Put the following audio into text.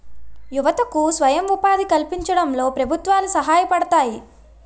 యువతకు స్వయం ఉపాధి కల్పించడంలో ప్రభుత్వాలు సహాయపడతాయి